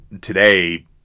today